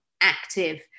active